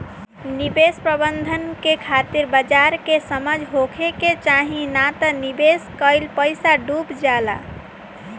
निवेश प्रबंधन के खातिर बाजार के समझ होखे के चाही नात निवेश कईल पईसा डुब जाला